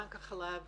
בנק החלב